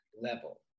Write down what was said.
level